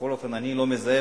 בכל אופן אני לא מזהה,